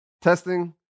testing